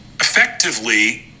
effectively